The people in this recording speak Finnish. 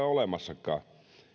olemassakaan